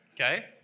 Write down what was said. Okay